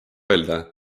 öelda